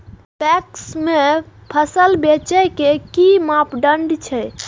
PACS में फसल बेचे के कि मापदंड छै?